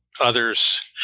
others